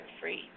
free